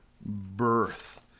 birth